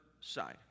side